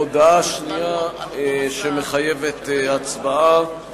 הודעה שנייה, שמחייבת הצבעה,